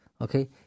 Okay